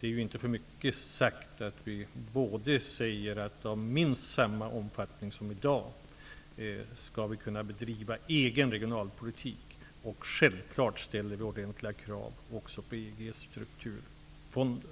Det är inte för mycket sagt att vi menar att vi skall kunna bedriva egen regionalpolitik av minst samma omfattning som i dag. Självfallet ställer vi höga krav också beträffande EG:s strukturfonder.